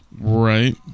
Right